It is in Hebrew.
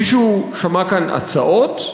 מישהו שמע כאן הצעות?